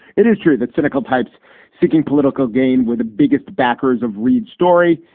it is true that cynical types seeking political gain were the biggest backers of reed's story,